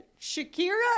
shakira